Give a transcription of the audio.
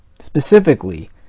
specifically